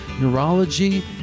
neurology